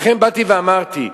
לכן באתי ואמרתי: